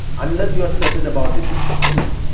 unless you are certain about it you suspend them.